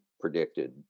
predicted